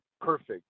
perfect